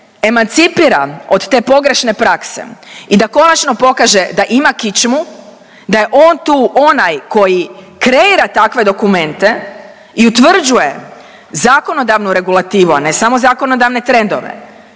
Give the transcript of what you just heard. emancipira od te pogrešne prakse i da konačno pokaže da ima kičmu, da je on tu onaj koji kreira takve dokumente i utvrđuje zakonodavnu regulativu, a ne samo zakonodavne trendove